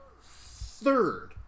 third